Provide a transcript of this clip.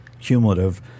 cumulative